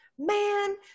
man